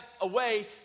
away